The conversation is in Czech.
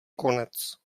konec